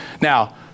Now